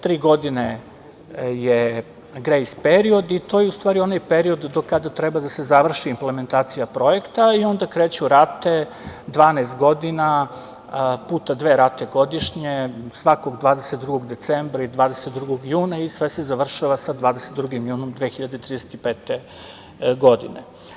Tri godine je grejs period i to je ustvari onaj period do kada treba da se završi implementacija projekta i onda kreću rate, 12 godina puta dve rate godišnje, svakog 22. decembra i 22. juna i sve se završava sa 22. juna 2035. godine.